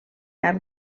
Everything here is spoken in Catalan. arc